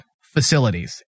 facilities